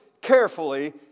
carefully